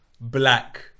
black